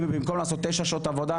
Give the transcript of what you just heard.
אם במקום לעשות תשע שעות עבודה,